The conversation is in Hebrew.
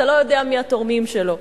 אתה לא יודע מי התורמים שלו.